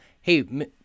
hey